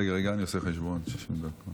רגע, אני עושה חשבון, 60 דקות.